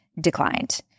declined